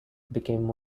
became